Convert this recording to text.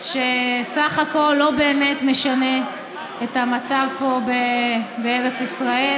שסך הכול לא באמת משנה את המצב פה בארץ ישראל.